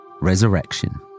Resurrection